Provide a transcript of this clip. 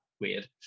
weird